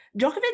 Djokovic